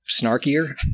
snarkier